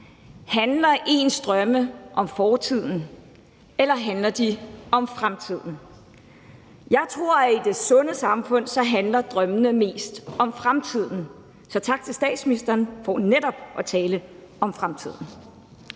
Handler ens drømme om fortiden, eller handler de om fremtiden? Jeg tror, at i det sunde samfund handler drømmene mest om fremtiden, så tak til statsministeren for netop at tale om fremtiden.